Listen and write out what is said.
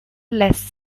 lässt